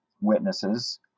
witnesses